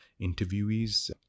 interviewees